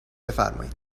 بفرمایید